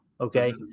Okay